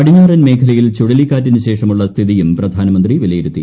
പടിഞ്ഞാറൻ മേഖലയിൽ ചുഴലിക്കാറ്റിനു ശേഷമുള്ള സ്ഥിതിയും പ്രധാനമന്ത്രി വിലിയിരുത്തി